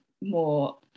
more